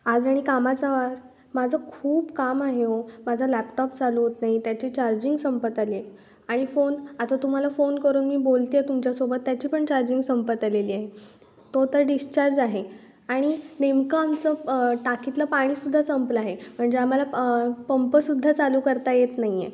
आज आणि कामाचा वार माझं खूप काम आहे ओ माझा लॅपटॉप चालू होत नाही त्याची चार्जिंग संपत आली आहे आणि फोन आता तुम्हाला फोन करून मी बोलते आहे तुमच्यासोबत त्याची पण चार्जिंग संपत आलेली आहे तो तर डिशचार्ज आहे आणि नेमकं आमचं टाकीतलं पाणीसुद्धा संपलं आहे म्हणजे आम्हाला पंपसुद्धा चालू करता येत नाही आहे